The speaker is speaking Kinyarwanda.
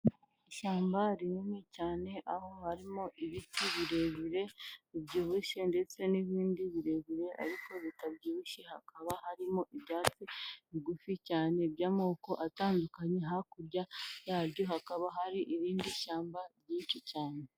Ishyamba rinini cyane aho harimo ibiti birebire, bibyibushye ndetse n'ibindi birebire ariko bitabyibushye, hakaba harimo ibyatsi bigufi cyane by'amoko atandukanye, hakurya yabyo hakaba hari irindi shyamba ryinshi cyane.